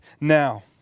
now